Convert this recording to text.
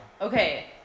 Okay